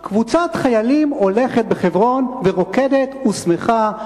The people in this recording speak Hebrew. קבוצת חיילים הולכת בחברון ורוקדת ושמחה.